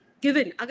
given